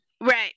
Right